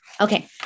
Okay